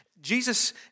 Jesus